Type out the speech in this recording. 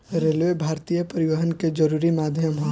railway भारतीय परिवहन के जरुरी माध्यम ह